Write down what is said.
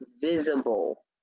visible